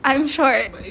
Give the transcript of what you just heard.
I'm short